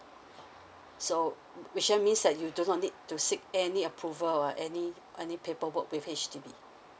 so which uh means that you do not need to seek any approval or any any paperwork with H_D_B